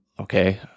okay